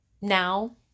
now